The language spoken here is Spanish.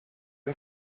qué